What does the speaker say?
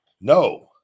No